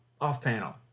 off-panel